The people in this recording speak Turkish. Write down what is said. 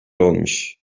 olmuş